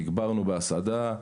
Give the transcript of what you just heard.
תגברנו בהסעדה.